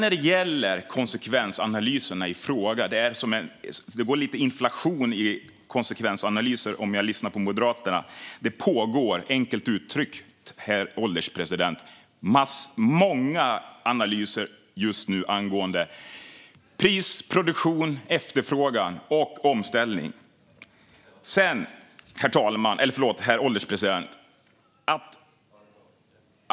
När det gäller konsekvensanalyserna i fråga - det går lite inflation i konsekvensanalyser, tycker jag när jag lyssnar på Moderaterna - pågår det enkelt uttryckt, herr ålderspresident, många analyser just nu angående pris, produktion, efterfrågan och omställning. Herr ålderspresident!